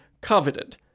coveted